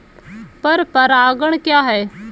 पर परागण क्या है?